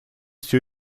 все